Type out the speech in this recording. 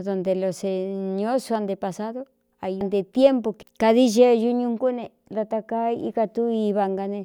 Dontē lo sēñor sua nte pasado aiantē tiémpu kādií xeeñu ñunkú ne da takaa íka tuú iva nga ne